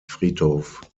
friedhof